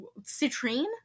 Citrine